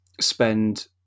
spend